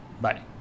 Bye